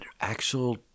actual